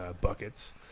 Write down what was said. buckets